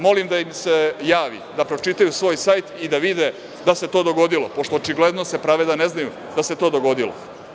Molim da im se javi da pročitaju svoj sajt i da vide da se to dogodilo, pošto očigledno se prave da ne znaju da se to dogodilo.